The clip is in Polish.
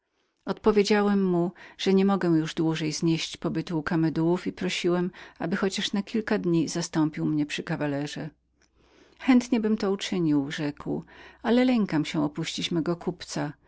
odpowiedziałem mu że niemogłem już dłużej znieźć pobytu u kamadułówkamedułów i prosiłem go aby chociaż na kilka dni zastąpił mnie przy kawalerze chętniebym to uczynił rzekł ale lękam się opuścić mego kupca